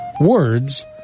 Words